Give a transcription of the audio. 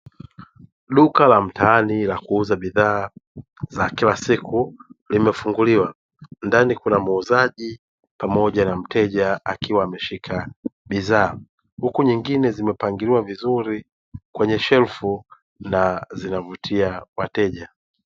Duka la mtaani la kuuza bidhaa za kila siku limefunguliwa, ndani kuna muuzaji pamoja na mteja akiwa ameshika bidhaa huku nyingine zimepangiliwa vizuri kwenye shelfu na zinavutia wateja.